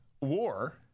war